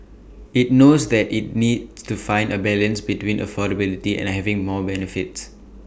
IT knows that IT needs to find A balance between affordability and having more benefits